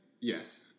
Yes